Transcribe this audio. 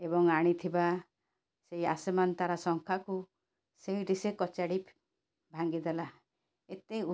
ଏବଂ ଆଣିଥିବା ସେଇ ଆସମାନ୍ ତାର ଶଙ୍ଖାକୁ ସେଇଠି ସେ କଚାଡ଼ି ଭାଙ୍ଗିଦେଲା ଏତେ